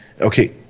okay